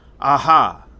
Aha